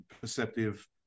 Perceptive